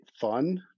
fun